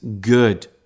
good